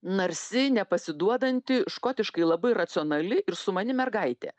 narsi nepasiduodanti škotiškai labai racionali ir sumani mergaitė